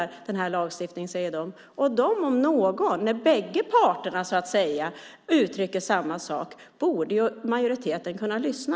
Den här lagstiftningen försvårar detta, säger de. När båda parter uttrycker samma sak borde majoriteten kunna lyssna.